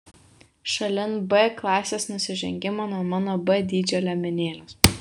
šalin b klasės nusižengimą nuo mano b dydžio liemenėlės